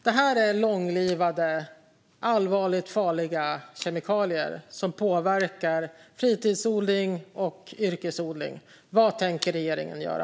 Detta är långlivade, allvarligt farliga kemikalier som påverkar fritidsodling och yrkesodling. Vad tänker regeringen göra?